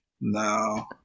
No